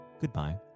goodbye